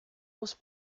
was